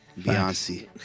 Beyonce